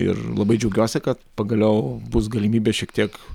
ir labai džiaugiuosi kad pagaliau bus galimybė šiek tiek